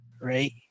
right